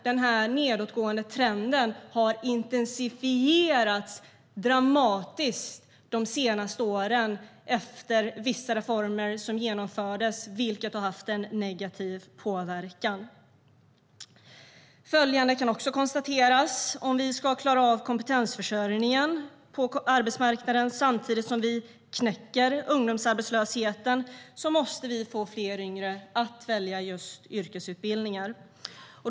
Den nedåtgående trenden har dock intensifierats dramatiskt de senaste åren, efter vissa reformer som genomfördes och som hade en negativ påverkan. Följande kan också konstateras: Om vi ska klara av kompetensförsörjningen på arbetsmarknaden samtidigt som vi knäcker ungdomsarbetslösheten måste vi få fler yngre att välja just yrkesutbildningar.